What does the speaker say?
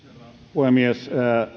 puhemies